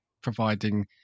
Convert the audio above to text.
providing